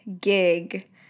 gig